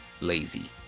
lazy